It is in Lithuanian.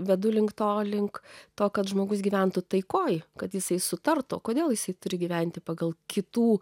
vedu link to link to kad žmogus gyventų taikoje kad jisai sutartų kodėl jisai turi gyventi pagal kitų